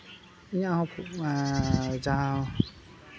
ᱤᱧᱟᱹᱜ ᱦᱚᱸ ᱡᱟᱦᱟᱸ